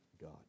God